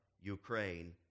Ukraine